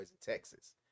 Texas